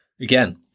again